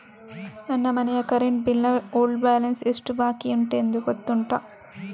ನನ್ನ ಮನೆಯ current bill ನ ಓಲ್ಡ್ ಬ್ಯಾಲೆನ್ಸ್ ಎಷ್ಟು ಬಾಕಿಯುಂಟೆಂದು ಗೊತ್ತುಂಟ?